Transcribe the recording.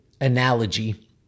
analogy